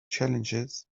challenges